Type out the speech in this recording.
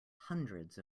hundreds